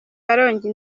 karongi